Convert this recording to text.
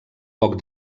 poc